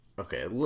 Okay